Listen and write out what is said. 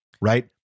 right